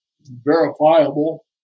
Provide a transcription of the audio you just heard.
verifiable